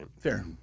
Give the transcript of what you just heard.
Fair